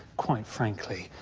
quite frankly,